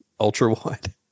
ultra-wide